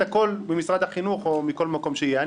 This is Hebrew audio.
הכול ממשרד החינוך או מכל מקום שיהיה.